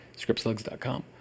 scriptslugs.com